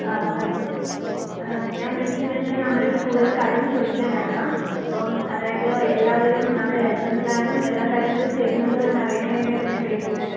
ഞാൻ വിളിച്ചേന്നെച്ചാൽ നമ്മുടെ സ്കൂൾലെ കാര്യം ചോദിക്കാനാണ് ഇപ്പം അതായത് എല്ലാവരും നമ്മുടെ ലെസ്സൺ പ്ലാനും എല്ലാ കാര്യങ്ങളും ചെയ്യുന്നുണ്ടോ എന്നറിയാൻ വേണ്ടിയാണ് ഞാൻ വിളിക്കുന്നത്